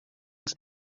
els